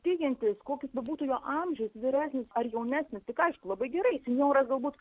tikintis koks bebūtų jo amžiaus vyresnis ar jaunesnis tik aišku labai gerai tai noras galbūt